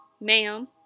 ma'am